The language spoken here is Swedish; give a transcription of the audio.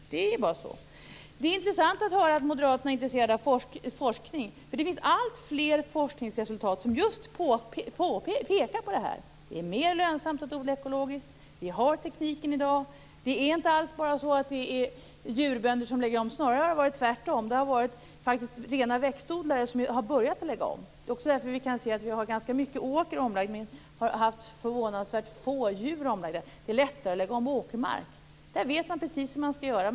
Det är bara så. Det är intressant att höra att moderaterna är intresserade av forskning. Det finns alltfler forskningsresultat som just pekar på att det är mer lönsamt att odla ekologiskt. Vi har tekniken i dag. Det är inte bara djurbönder som lägger om. Det har snarare varit tvärtom. Det har faktiskt varit rena växtodlare som har börjat att lägga om. Det är därför vi har ganska mycket åker omlagd. Men vi har haft förvånansvärt litet djurhållning omlagd. Det är lättare att lägga om åkermark. Där vet man precis hur man skall göra.